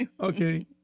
Okay